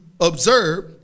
Observe